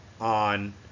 on